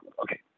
okay